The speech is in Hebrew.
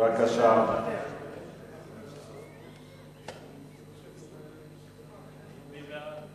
להעביר את הצעת חוק לתיקון פקודת סימני מסחר (מס' 7),